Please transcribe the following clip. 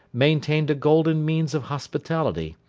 maintained a golden means of hospitality,